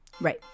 Right